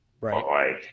Right